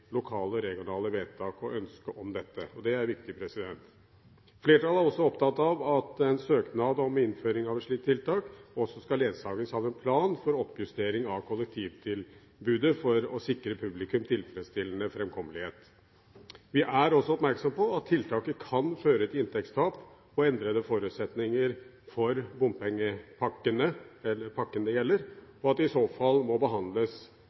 lokale og regionale vedtak og ønske om dette. Det er viktig. Flertallet er opptatt av at en søknad om innføring av et slikt tiltak også skal ledsages av en plan for oppjustering av kollektivtilbudet for å sikre publikum tilfredsstillende framkommelighet. Vi er også oppmerksom på at tiltaket kan føre til inntektstap og endrede forutsetninger for bompengepakkene – eller pakken det gjelder – og at det i så fall må behandles